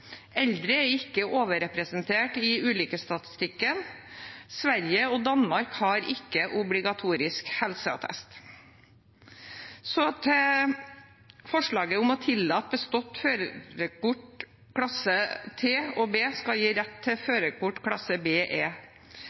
Eldre er ikke overrepresentert i ulykkesstatistikken. Sverige og Danmark har ikke obligatorisk helseattest. Så til forslaget om å innføre førerkortklasse B1 for firehjulsmotorsykkel for 16-åringer. Det ville i så fall bety at kjøretøy i klasse